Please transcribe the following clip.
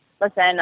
listen